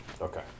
Okay